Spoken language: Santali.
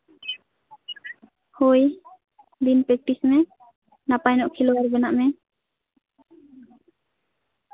ᱦᱳᱭ ᱫᱤᱱ ᱯᱮᱠᱴᱤᱥ ᱢᱮ ᱱᱟᱯᱟᱭ ᱧᱚᱜ ᱠᱷᱮᱞᱳᱣᱟ ᱵᱮᱱᱟᱣᱚᱜ ᱢᱮ